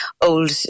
old